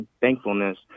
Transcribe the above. thankfulness